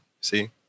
See